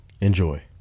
enjoy